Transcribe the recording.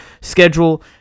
schedule